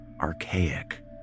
archaic